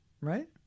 right